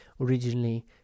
Originally